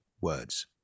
words